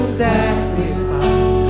sacrifice